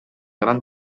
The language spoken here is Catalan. gran